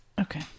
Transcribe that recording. Okay